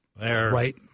right